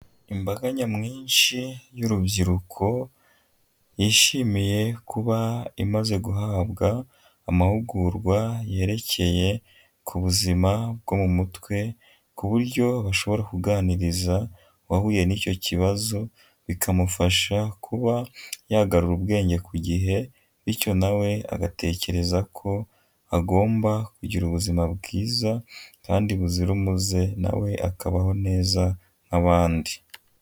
Imbaga nyamwinshi y'urubyiruko yishimiye kuba imaze guhabwa amahugurwa yerekeye ku buzima bwo mu mutwe, ku buryo bashobora kuganiriza uwahuye n'icyo kibazo bikamufasha kuba yagarura ubwenge ku gihe, bityo na we agatekereza ko agomba kugira ubuzima bwiza kandi buzira umuze na we akabaho neza nk'abandi.